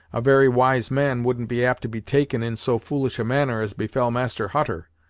a very wise man wouldn't be apt to be taken in so foolish a manner as befell master hutter,